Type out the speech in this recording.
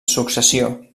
successió